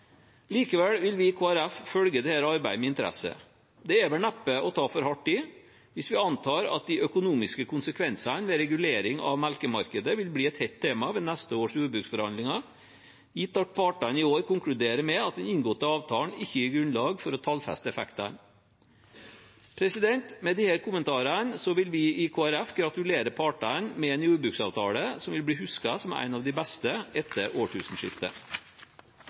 Likevel vil vi i Kristelig Folkeparti følge dette arbeidet med interesse. Det er vel neppe å ta for hardt i hvis vi antar at de økonomiske konsekvensene ved regulering av melkemarkedet vil bli et hett tema ved neste års jordbruksforhandlinger, gitt at partene i år konkluderer med at den inngåtte avtalen ikke gir grunnlag for å tallfeste effektene. Med disse kommentarene vil vi i Kristelig Folkeparti gratulere partene med en jordbruksavtale som vil bli husket som en av de beste etter årtusenskiftet.